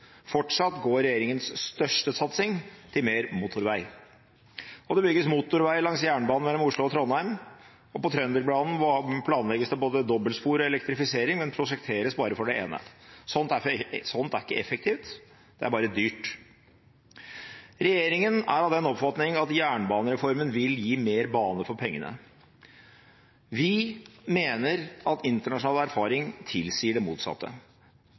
Fortsatt går regjeringens største satsing til mer motorvei. Det bygges motorvei langs jernbanen mellom Oslo og Trondheim, og på Trønderbanen planlegges det både dobbeltspor og elektrifisering, men det prosjekteres bare for det ene. Sånt er ikke effektivt; det er bare dyrt. Regjeringen er av den oppfatning at jernbanereformen vil gi mer bane for pengene. Vi mener at internasjonal erfaring tilsier det motsatte.